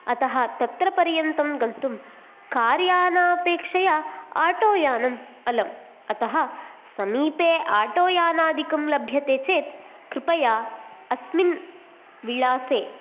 अतः तत्र पर्यन्तं गन्तुं कार्यानापेक्षया आटो यानम् अलं अतः समीपे आटो यानादिकं लभ्यते चेत् कृपया अस्मिन् विळासे